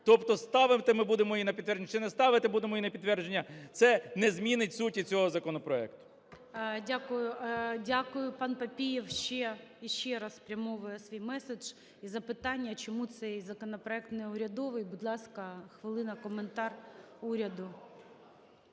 Тобто ставити ми будемо її на підтвердження, чи не ставити будемо її на підтвердження - це не змінить суті цього законопроекту. ГОЛОВУЮЧИЙ. Дякую, дякую. ПанПапієв ще і ще раз спрямовує свій меседж і запитання, чому цей законопроект неурядовий. Будь ласка, хвилина, коментар уряду.